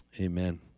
Amen